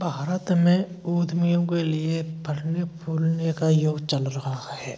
भारत में उधमियों के लिए फलने फूलने का युग चल रहा है